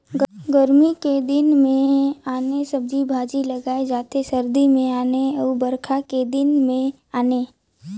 गरमी के दिन मे आने सब्जी भाजी लगाए जाथे सरदी मे आने अउ बइरखा के दिन में आने